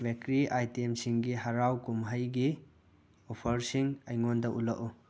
bakery ꯑꯥꯏꯇꯦꯝꯁꯤꯡꯒꯤ ꯍꯔꯥꯎ ꯀꯨꯝꯍꯩꯒꯤ ꯑꯣꯐꯔꯁꯤꯡ ꯑꯩꯉꯣꯟꯗ ꯎꯠꯂꯛꯎ